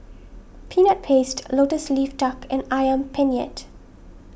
Peanut Paste Lotus Leaf Duck and Ayam Penyet